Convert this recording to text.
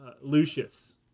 Lucius